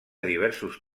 diversos